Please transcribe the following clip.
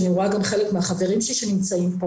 אני רואה גם חלק מהחברים שלי שנמצאים פה